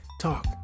talk